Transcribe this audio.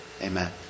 Amen